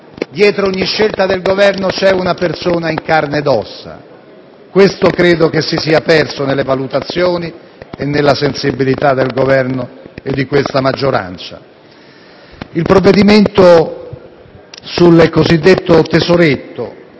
dietro ogni scelta politica e del Governo, c'è una persona in carne e ossa. Questo dato di fatto si è ormai perso nelle valutazioni e nella sensibilità del Governo e di questa maggioranza. Il provvedimento sul cosiddetto tesoretto